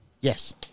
Yes